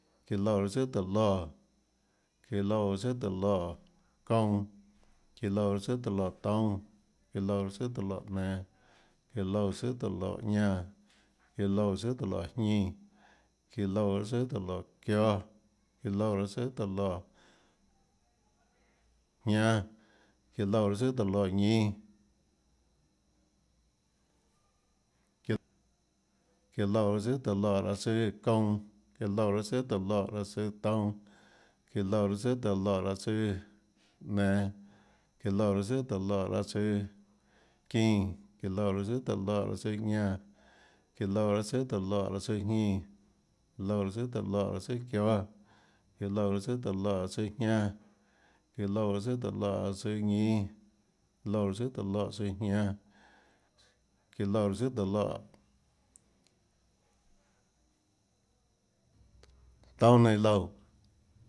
Iã loúã raâ tsùà tóhå loè, iã loúã raâ tsùà tóhå loè çounã, iã loúã raâ tsùà tóhå loè toúnâ. iã loúã raâ tsùà tóhå loè nenå, iã loúã raâ tsùà tóhå loè ñánã, iã loúã raâ tsùà tóhå loè jñínã, iã loúã raâ tsùà tóhå loè çióâ, iã loúã raâ tsùà tóhå loè jñánâ, iã loúã raâ tsùà tóhå loè ñínâ, çiat, iã loúã raâ tsùà tóhå loè raâ tsùâ çounã, iã loúã raâ tsùà tóhå loè raâ tsùâ toúnâ, iã loúã raâ tsùà tóhå loè raâ tsùâ nenå, iã loúã raâ tsùà tóhå loè raâ tsùâ çínã, iã loúã raâ tsùà tóhå loè raâ tsùâ ñánã, iã loúã raâ tsùà tóhå loè raâ tsùâ jñínã, iã loúã raâ tsùà tóhå loè raâ tsùâ çióâ, iã loúã raâ tsùà tóhå loè raâ tsùâ jñánâ, iã loúã raâ tsùà tóhå loè raâ tsùâ ñínâ, iã loúã raâ tsùà tóhå loè raâ tsùâ jñánâ, iã loúã raâ tsùà tóhå loè, toúnâ ninã loúã.